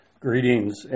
Greetings